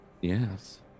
Yes